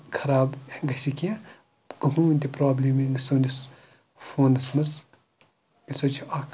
خراب گَژھِ کیٚنٛہہ کٕہۭنۍ تہِ پرٛابلِم یی نہٕ سٲنِس فونَس منٛز یہِ ہَسا چھِ اَکھ